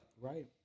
Right